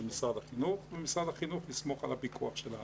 משרד החינוך ומשרד החינוך יסמוך על הפיקוח שלנו.